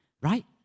right